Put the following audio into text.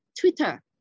Twitter